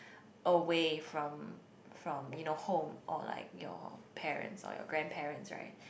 away from from you know home or like your parents or your grandparents right